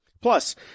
Plus